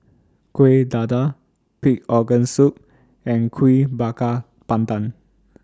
Kueh Dadar Pig Organ Soup and Kuih Bakar Pandan